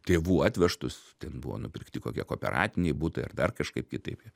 tėvų atvežtus ten buvo nupirkti kokie kooperatiniai butai ar dar kažkaip kitaip